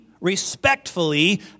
respectfully